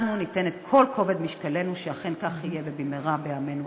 אנחנו ניתן את כל כובד משקלנו שאכן כך יהיה ובמהרה בימינו,